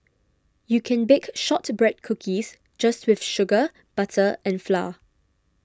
you can bake Shortbread Cookies just with sugar butter and flour